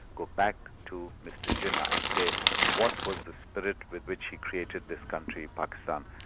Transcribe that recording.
go back to mr jinnah and say what was the spirit with which he created this country, pakistan?